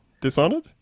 Dishonored